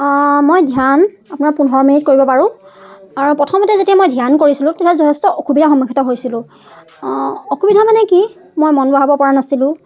মই ধ্যান আপোনাৰ পোন্ধৰ মিনিট কৰিব পাৰোঁ আৰু প্ৰথমতে যেতিয়া মই ধ্যান কৰিছিলোঁ তেতিয়া যথেষ্ট অসুবিধাৰ সন্মুখিত হৈছিলোঁ অসুবিধা মানে কি মই মন বহাব পৰা নাছিলোঁ